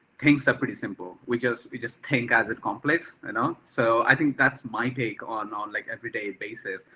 things are pretty simple. we just, we just think as a complex, and um so i think that's my take on on like everyday basis,